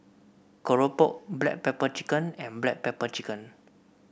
Claypot Rice Nasi Campur and Sambal Stingray